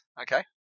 Okay